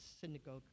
synagogue